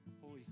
Holy